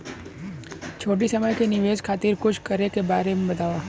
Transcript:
छोटी समय के निवेश खातिर कुछ करे के बारे मे बताव?